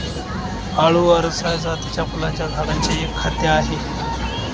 आळु अरसाय जातीच्या फुलांच्या झाडांचे एक खाद्य आहे